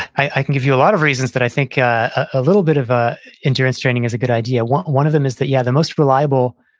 i can give you a lot of reasons that i think a little bit of ah endurance training is a good idea. one one of them is that, yeah, the most reliable,